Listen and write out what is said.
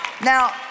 Now